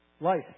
life